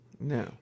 No